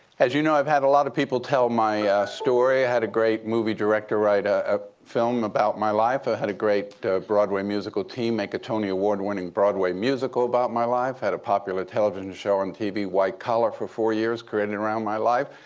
as you know, i've had a lot of people tell my story. i had a great movie director write a a film about my life. i had a great broadway musical team make a tony award-winning broadway musical about my life. had a popular television show on tv, white collar, for four years created around my life.